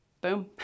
boom